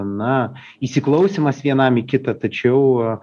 na įsiklausymas vienam į kitą tačiau